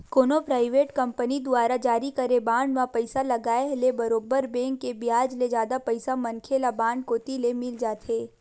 कोनो private company दुवारा जारी करे बांड म पइसा लगाय ले बरोबर बेंक के बियाज ले जादा पइसा मनखे ल बांड कोती ले मिल जाथे